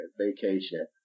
vacation